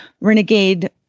renegade